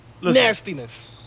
Nastiness